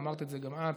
ואמרת את זה גם את,